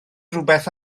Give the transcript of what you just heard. rhywbeth